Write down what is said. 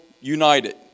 united